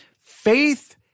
Faith